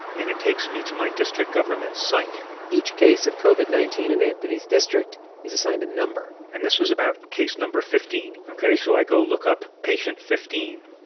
and it takes me to my district government site each case of covid nineteen in anthony's district is assigned a number and this was about case no. fifteen. ok? so i go look up patient fifteen.